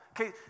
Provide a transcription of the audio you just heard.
okay